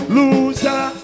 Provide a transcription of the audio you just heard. Loser